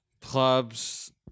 Clubs